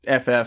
FF